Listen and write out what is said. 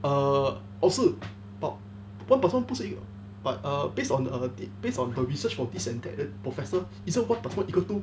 err 老师 but one plus one 不是 eq~ but err based on err the based on the research for this and that professor isn't one plus one equals two